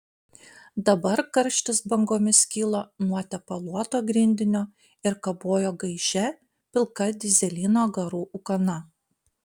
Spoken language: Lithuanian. dabar karštis bangomis kilo nuo tepaluoto grindinio ir kabojo gaižia pilka dyzelino garų ūkana